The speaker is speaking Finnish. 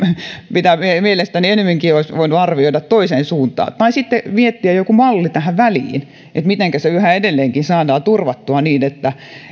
ja mielestäni ennemminkin olisi voinut arvioida toiseen suuntaan tai sitten voisi miettiä jonkun mallin tähän väliin että mitenkä se yhä edelleenkin saadaan turvattua niin että